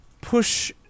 push